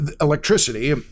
electricity